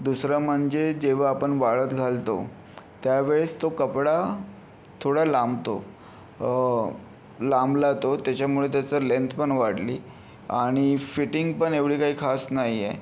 दुसरा म्हणजे जेव्हा आपण वाळत घालतो त्यावेळेस तो कपडा थोडा लांबतो लांबला तो त्याच्यामुळे त्याच लेंथ पण वाढली आणि फिटिंग पण एवढी काय खास नाही आहे